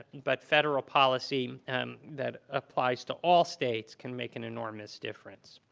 but federal policy that applies to all states can make an enormous difference.